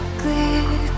clear